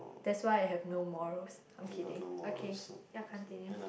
that's why I have no morals I'm kidding okay ya continue